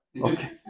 Okay